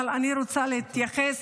אבל אני רוצה להתייחס